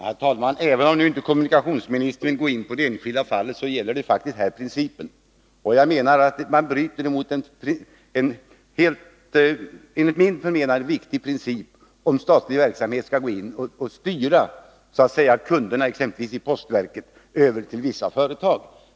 Herr talman! Även om kommunikationsministern nu inte vill gå in på det enskilda fallet gäller det här faktiskt principen. Jag menar att man bryter mot en enligt mitt förmenande viktig princip, om statlig verksamhet skall gå in och styra kunderna i t.ex. postverket över till vissa företag.